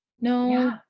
no